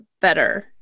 better